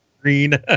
Green